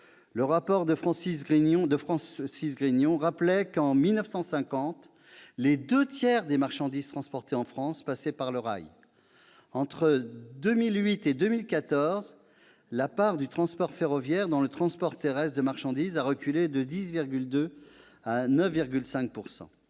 Le rapport de Francis Grignon rappelait que, en 1950, les deux tiers des marchandises transportées en France passaient par le rail. Entre 2008 et 2014, la part du transport ferroviaire dans le transport terrestre de marchandises a reculé, de 10,2 % à 9,5 %.